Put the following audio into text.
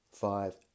five